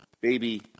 baby